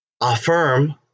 affirm